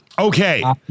Okay